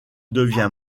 devient